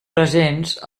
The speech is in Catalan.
presents